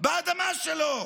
באדמה שלו,